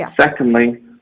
Secondly